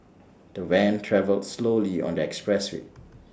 the van travelled slowly on the expressway